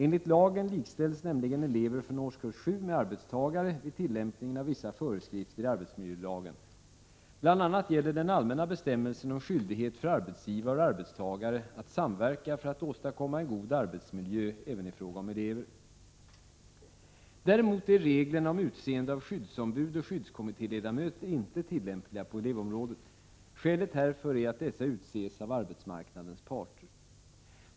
Enligt lagen likställs nämligen elever från årskurs 7 med arbetstagare vid tillämpningen av vissa föreskrifter i arbetsmiljölagen. Bl. a. gäller den allmänna bestämmelsen om skyldighet för arbetsgivare och arbetstagare att samverka för att åstadkomma en god arbetsmiljö även i fråga om elever. Däremot är reglerna om utseende av skyddsombud och skyddskommitté ledamöter inte tillämpliga på elevområdet. Skälet härför är att dessa utses av arbetsmarknadens parter.